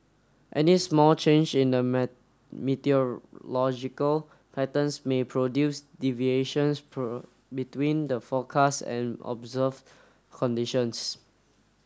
any small change in the meteorological patterns may produce deviations between the forecast and observe conditions